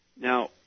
Now